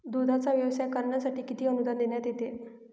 दूधाचा व्यवसाय करण्यासाठी किती अनुदान देण्यात येते?